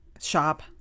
shop